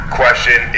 question